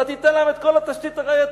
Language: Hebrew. אתה תיתן להם את כל התשתית הראייתית.